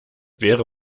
wäre